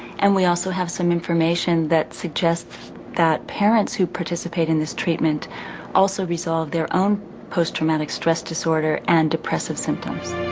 and we also have some information that suggests that parents who participate in this treatment also resolve their own posttraumatic stress disorder disorder and depressive symptoms.